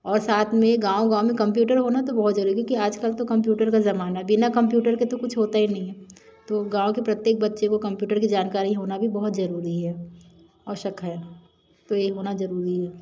और साथ में गाँव गाँव में कम्प्यूटर होना तो बहुत ज़रूरी क्योंकि आज कल तो कम्प्यूटर का ज़माना बिना कम्प्यूटर के तो कुछ होता ही नहीं है तो गाँव के प्रत्येक बच्चे को कम्प्यूटर की जानकारी होना भी बहुत ज़रूरी है आवश्यक है तो ये होना ज़रूरी है